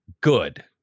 Good